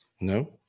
no